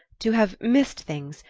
to have missed things,